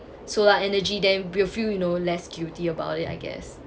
solar energy then we'll feel you know less guilty about it I guess